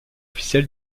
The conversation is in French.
officiel